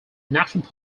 national